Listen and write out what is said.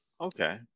Okay